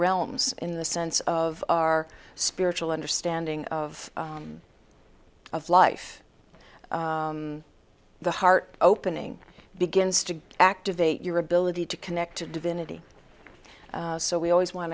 realms in the sense of our spiritual understanding of of life the heart opening begins to activate your ability to connect to divinity so we always want